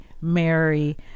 Mary